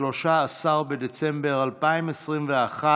13 בדצמבר 2021,